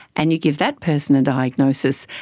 and you give that person a diagnosis,